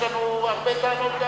יש לנו הרבה טענות,